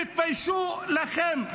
תתביישו לכם.